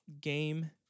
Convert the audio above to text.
game